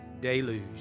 deluge